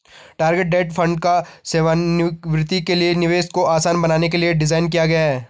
target date fund को सेवानिवृत्ति के लिए निवेश को आसान बनाने के लिए डिज़ाइन किया गया है